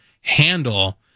handle